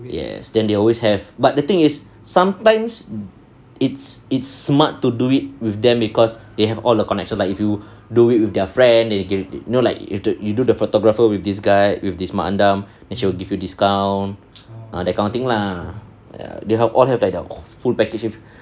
yes then they always have but the thing is sometimes it's it's smart to do it with them because they have all the connection like if you do it with their friend then you can you know like if you do the photographer with this guy with this mak andam then she will give you discounts ah that kind of thing lah ya they all have like their full package